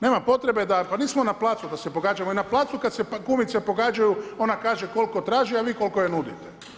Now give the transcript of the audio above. Nema potrebe, da, pa nismo na placu da se pogađamo, i na placu kada se kumice pogađaju, ona kaže koliko traži, a vi koliko joj nudite.